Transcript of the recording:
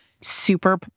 super